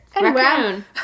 Raccoon